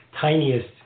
tiniest